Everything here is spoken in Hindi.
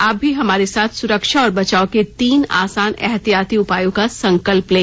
आप भी हमारे साथ सुरक्षा और बचाव के तीन आसान एहतियाती उपायों का संकल्प लें